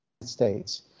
States